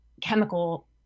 chemical